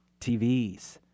TVs